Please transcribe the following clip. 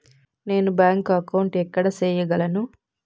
నేను bank account ఎక్కడ సేయగలను